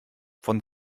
von